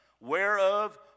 whereof